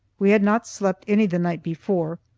we had not slept any the night before.